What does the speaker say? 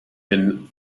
and